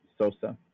Sosa